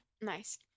Nice